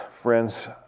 Friends